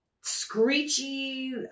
screechy